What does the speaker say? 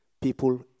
People